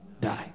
die